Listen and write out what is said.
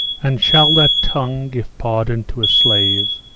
and shall that tongue give pardon to a slave?